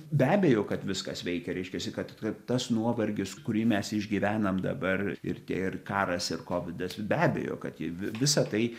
be abejo kad viskas veikia reiškiasi kad kad tas nuovargis kurį mes išgyvenam dabar ir tie ir karas ir kovidas be abejo kad jie visa tai